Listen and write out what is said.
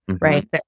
Right